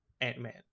ant-man